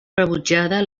rebutjada